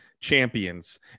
champions